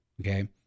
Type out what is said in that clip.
Okay